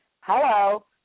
Hello